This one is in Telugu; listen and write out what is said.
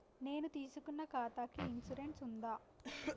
నేను తీసుకున్న ఖాతాకి ఇన్సూరెన్స్ ఉందా?